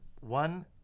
One